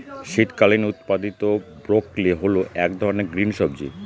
শীতকালীন উৎপাদীত ব্রোকলি হল এক ধরনের গ্রিন সবজি